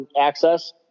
access